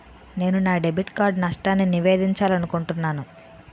నేను నా debit card నష్టాన్ని నివేదించాలనుకుంటున్నాను